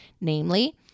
namely